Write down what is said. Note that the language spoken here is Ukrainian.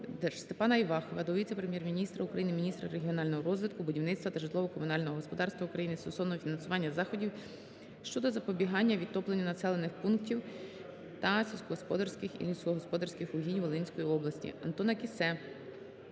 Степана Івахіва до віце-прем’єр-міністра України, міністра регіонального розвитку, будівництва та житлово-комунального господарства України стосовно фінансування заходів щодо запобігання підтопленню населених пунктів та сільськогосподарських і лісогосподарських угідь Волинської області. Антона Кіссе